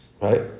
right